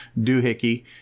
doohickey